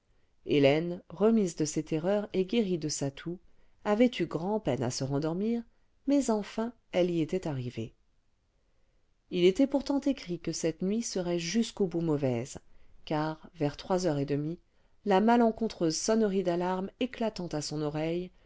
hélène remise de ses terreurs et guérie de sa toux avait eu grand'peine à se rendormir mais enfin elle y était arrivée h était pourtant écrit que cette nuit serait jusqu'au bout mauvaise car vers trois heures et demie la malencontreuse sonnerie d'alarme éclatant à son oreille